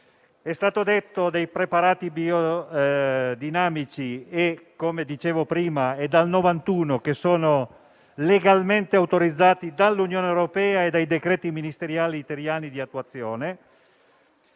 è parlato dei preparati biodinamici, che, come dicevo prima, dal 1991 sono legalmente autorizzati dall'Unione europea e dai decreti ministeriali italiani di attuazione.